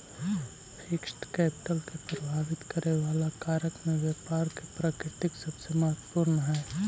fixed capital के प्रभावित करे वाला कारक में व्यापार के प्रकृति सबसे महत्वपूर्ण हई